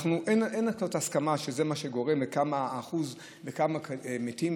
אין כזאת הסכמה שזה מה שגורם לכמה אחוז או כמה מתים,